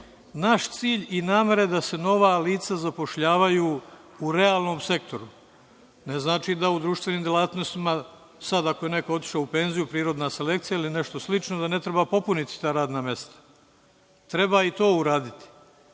Naš cilj i namera je da se nova lica zapošljavaju u realnom sektoru. Ne znači da u društvenim delatnostima, sada ako je neko otišao u penziju, prirodna selekcija ili nešto slično da ne treba popuniti ta radna mesta, treba i to uraditi,